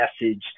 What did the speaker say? message